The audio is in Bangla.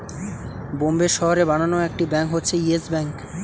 বোম্বের শহরে বানানো একটি ব্যাঙ্ক হচ্ছে ইয়েস ব্যাঙ্ক